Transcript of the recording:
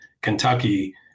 Kentucky